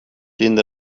den